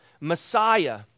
Messiah